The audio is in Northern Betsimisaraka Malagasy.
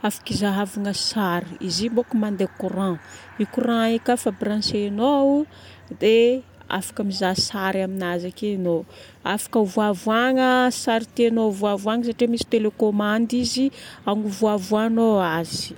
afaka izahavagna sary. Izy io bôko mandeha courant. Io courant io kafa branchénao dia afaka mizaha sary aminazy ake anao. Afaka ovoavoagna sary tianao ovoavoagna satria misy télécommande izy anovoavoagnao azy.